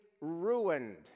ruined